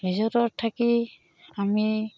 ৰিজৰ্টত থাকি আমি